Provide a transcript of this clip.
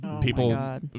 people